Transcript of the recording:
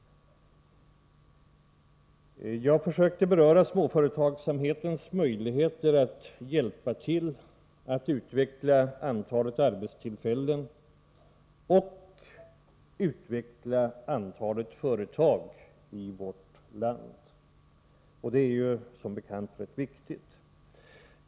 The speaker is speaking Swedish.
Jag försökte beröra småföretagsamhetens möjligheter att hjälpa till att utveckla antalet arbetstillfällen och utveckla antalet företag i vårt land, och det är som bekant rätt viktigt.